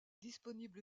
disponible